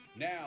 Now